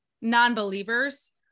non-believers